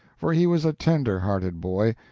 for he was a tender-hearted boy.